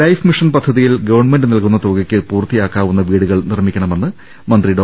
life mission പദ്ധതിയിൽ government നൽകുന്ന തുകയ്ക്ക് പൂർത്തിയാക്കാവുന്ന വീടുകൾ നിർമ്മിക്ക ണമെന്ന് മന്ത്രി ഡോ